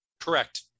Correct